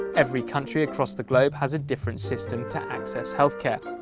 every country across the globe has a different system to access health care.